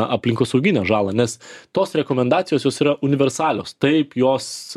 aplinkosauginę žalą nes tos rekomendacijos jos yra universalios taip jos